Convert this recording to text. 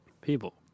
people